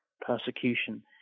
Persecution